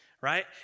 right